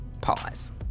pause